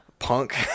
Punk